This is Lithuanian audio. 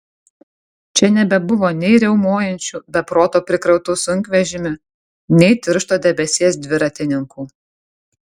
čia nebebuvo nei riaumojančių be proto prikrautų sunkvežimių nei tiršto debesies dviratininkų